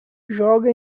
joga